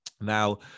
Now